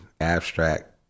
abstract